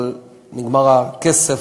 אבל נגמר הכסף,